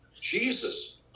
Jesus